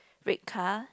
red car